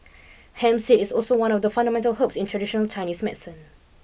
hemp seed is also one of the fundamental herbs in traditional Chinese medicine